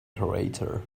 crater